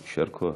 יישר כוח.